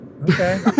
Okay